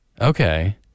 Okay